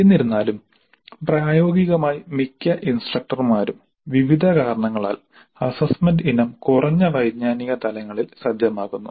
എന്നിരുന്നാലും പ്രായോഗികമായി മിക്ക ഇൻസ്ട്രക്ടർമാരും വിവിധ കാരണങ്ങളാൽ അസ്സസ്സ്മെന്റ് ഇനം കുറഞ്ഞ വൈജ്ഞാനിക തലങ്ങളിൽ സജ്ജമാക്കുന്നു